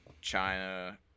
China